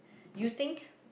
you think